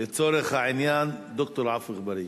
לצורך העניין, ד"ר עפו אגבאריה.